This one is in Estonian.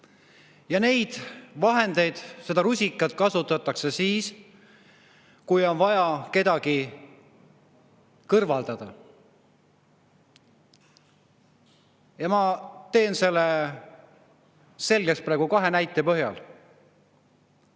Ja neid vahendeid, seda rusikat kasutatakse siis, kui on vaja kedagi kõrvaldada. Ma teen selle selgeks praegu kahe näite põhjal. Esimene